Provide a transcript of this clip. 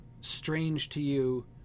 strange-to-you